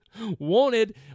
wanted